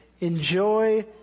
enjoy